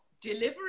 delivery